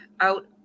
out